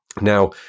Now